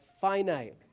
finite